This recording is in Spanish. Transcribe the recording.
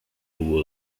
hubo